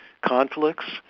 conflicts